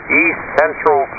east-central